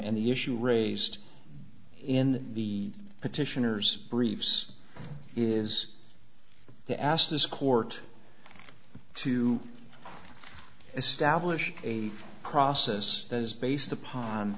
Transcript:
and the issue raised in the petitioners briefs is to ask this court to establish a process that is based upon